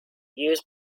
use